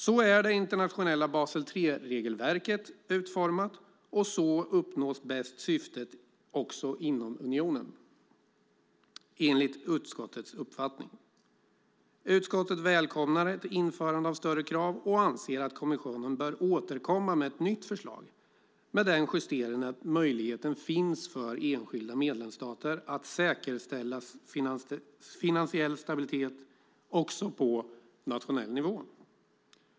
Så är det internationella Basel III-regelverket utformat, och så uppnås bäst syftet också inom unionen, enligt utskottets uppfattning. Utskottet välkomnar ett införande av högre krav och anser att kommissionen bör återkomma med ett nytt förslag med den justeringen att möjligheten finns för enskilda medlemsstater att säkerställa finansiell stabilitet också på nationell nivå.